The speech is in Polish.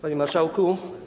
Panie Marszałku!